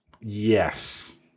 Yes